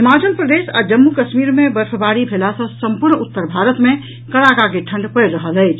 हिमाचल प्रदेश आ जम्मू कश्मीर मे बर्फबारी भेला सॅ सम्पूर्ण उत्तर भारत मे कड़ाका के ठंड पड़ि रहल अछि